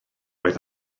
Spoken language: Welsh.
oedd